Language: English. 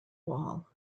wall